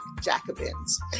jacobins